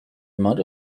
amount